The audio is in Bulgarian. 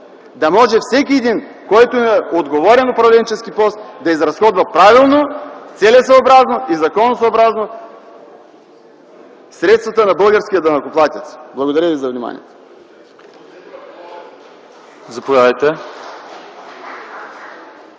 Да може всеки един, който е на отговорен управленчески пост, да изразходва правилно, целесъобразно и законосъобразно средствата на българския данъкоплатец. Благодаря ви за вниманието.